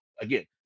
again